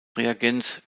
reagenz